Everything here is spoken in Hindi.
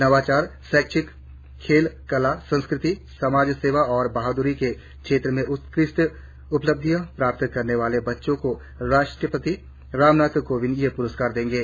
नवाचार शैक्षिक खेल कला संस्कृति समाज सेवा और बाहाद्री के क्षेत्र में उत्कृष्ट उपलब्धियां प्राप्त करने वाले बच्चों को राष्ट्रपति रामनाथ कोविंद ये पुरस्कार देंगे